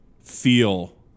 feel